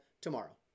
tomorrow